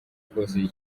kose